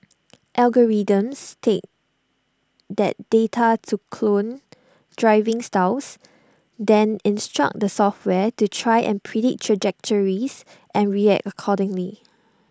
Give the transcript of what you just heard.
algorithms take that data to clone driving styles then instruct the software to try and predict trajectories and react accordingly